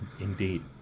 Indeed